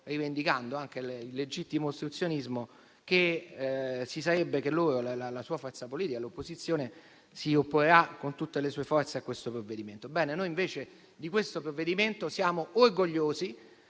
rivendicando anche il legittimo ostruzionismo, che la sua forza politica e l'opposizione si opporranno con tutte le forze a questo provvedimento. Noi invece di questo provvedimento siamo orgogliosi